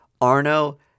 Arno